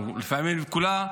ולפעמים את כולה,